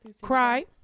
cry